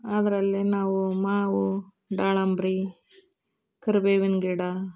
ಅದರಲ್ಲಿ ನಾವು ಮಾವು ದಾಳಂಬ್ರಿ ಕರಿಬೇವಿನ ಗಿಡ